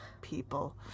people